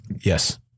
Yes